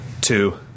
two